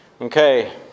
Okay